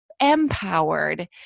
empowered